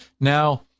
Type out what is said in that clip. Now